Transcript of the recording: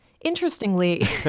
Interestingly